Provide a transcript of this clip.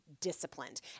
disciplined